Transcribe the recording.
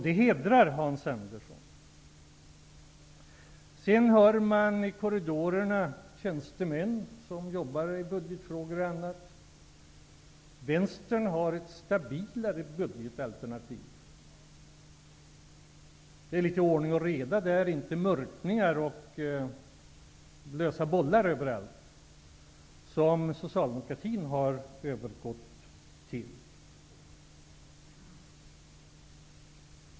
Det hedrar Sedan hör jag i korridorerna tjänstemän som jobbar med bl.a. budgetfrågor säga: Vänstern har ett stabilare budgetalternativ än Socialdemokraterna. Det är litet ordning och reda där, inte mörkningar och lösa bollar överallt, som Socialdemokratin har övergått till.